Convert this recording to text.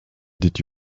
did